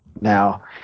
Now